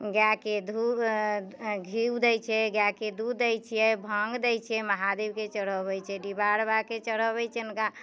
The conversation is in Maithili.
गायके धूप घीउ दय छै गायके दूध दय छियै भाङ्ग दय छियै महादेवके चढ़बैत छियै डीहबार बाबाके चढ़बैत छिअनि